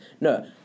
no